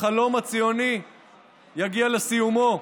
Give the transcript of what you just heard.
החלום הציוני יגיע לסיומו,